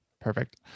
Perfect